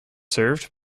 served